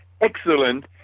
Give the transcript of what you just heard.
excellent